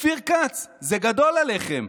אופיר כץ, זה גדול עליכם.